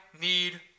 need